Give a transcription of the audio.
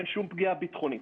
אין שום פגיעה ביטחונית.